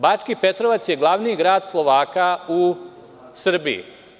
Bački Petrovac je glavni grad Slovaka u Srbiji.